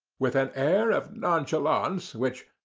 with an air of nonchalance which,